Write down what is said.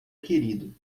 querido